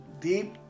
deep